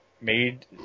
made